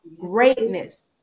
greatness